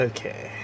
Okay